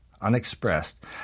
unexpressed